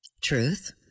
truth